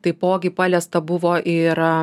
taipogi paliesta buvo ir